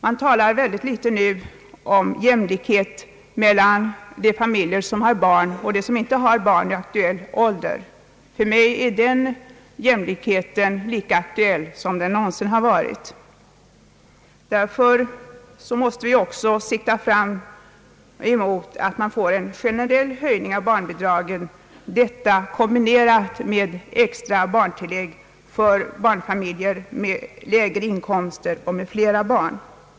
Det talas mycket litet nu om jämlikhet mellan de familjer som har barn och de familjer som inte har barn i aktuell ålder. För mig är den jämlikheten lika aktuell som den någonsin har varit. Vi måste därför också sikta fram emot en generell höjning av barnbidragen i kombination med barntillägg för barnfamiljer med lägre inkomster och flera barn.